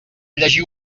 llegir